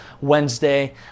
Wednesday